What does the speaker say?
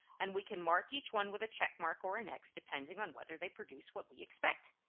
and we can mark each one with a check mark or an x depending on whether they produce what we expect.